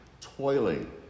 toiling